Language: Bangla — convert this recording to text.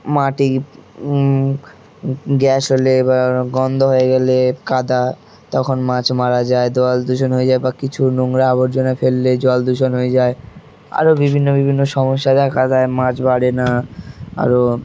মাটি গ্যাস হলে বা গন্ধ হয়ে গেলে কাদা তখন মাছ মারা যায় জল দূষণ হয়ে যায় বা কিছু নোংরা আবর্জনা ফেললে জল দূষণ হয়ে যায় আরও বিভিন্ন বিভিন্ন সমস্যা দেখা দেয় মাছ বাড়ে না আরও